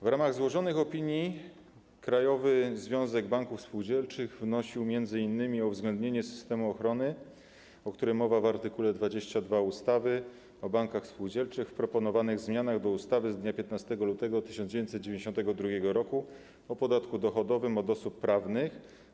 W ramach złożonych opinii Krajowy Związek Banków Spółdzielczych wnosił m.in. o uwzględnienie systemu ochrony, o którym mowa w art. 22 ustawy o bankach spółdzielczych, w proponowanych zmianach do ustawy z dnia 15 lutego 1992 r. o podatku dochodowym od osób prawnych.